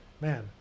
man